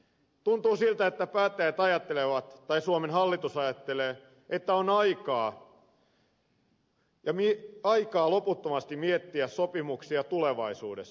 tuntuu siltä että päättäjät ajattelevat tai suomen hallitus ajattelee että on aikaa loputtomasti miettiä sopimuksia tulevaisuudessa